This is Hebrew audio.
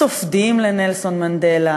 סופדים לנלסון מנדלה,